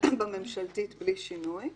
בממשלתית בלי שינוי.